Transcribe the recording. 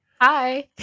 Hi